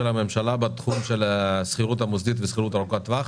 הממשלה בתחום של השכירות המוסדית והשכירות ארוכת טווח,